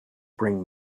bring